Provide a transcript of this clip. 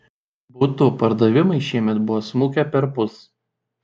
butų pardavimai šiemet buvo smukę perpus